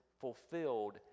fulfilled